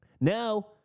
Now